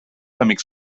amics